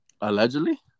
Allegedly